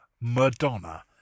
Madonna